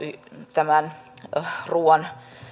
tämän ruuan